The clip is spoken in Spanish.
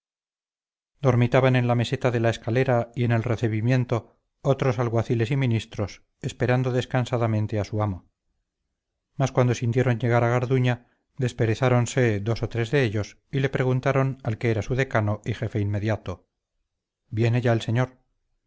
funciones dormitaban en la meseta de la escalera y en el recibimiento otros alguaciles y ministros esperando a su amo cuando sintieron llegar a garduña desperezáronse dos o tres de ellos y le preguntaron al que era su decano y jefe inmediato viene ya el señor